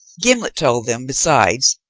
gimblet told them, besides,